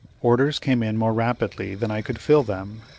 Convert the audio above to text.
orders came in more rapidly than i could fill them.